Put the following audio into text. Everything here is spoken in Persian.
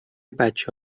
بچه